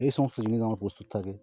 এ সমস্ত জিনিস আমার প্রস্তুত থাকে